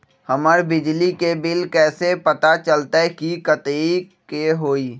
हमर बिजली के बिल कैसे पता चलतै की कतेइक के होई?